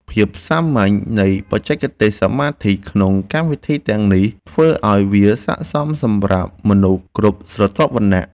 ភាពសាមញ្ញនៃបច្ចេកទេសសមាធិក្នុងកម្មវិធីទាំងនេះធ្វើឱ្យវាស័ក្តិសមសម្រាប់មនុស្សគ្រប់ស្រទាប់វណ្ណៈ។